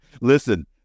listen